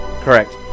Correct